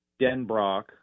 Denbrock